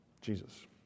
Jesus